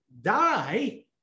die